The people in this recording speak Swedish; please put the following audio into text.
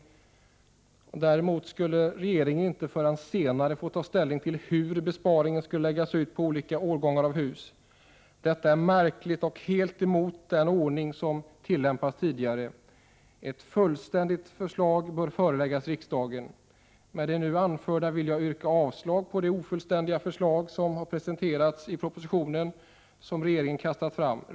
Däremot skall regeringen inte förrän senare ta ställning till hur besparingarna skall läggas ut på olika årgångar av hus. Detta är märkligt och helt emot den ordning som tillämpats tidigare. Ett fullständigt förslag bör föreläggas riksdagen. Med det nu anförda vill jag yrka avslag på det ofullständiga förslag som har presenterats i den proposition som regeringen har kastat fram.